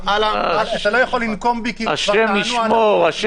אתה לא יכול לנקום בי --- השם ישמור.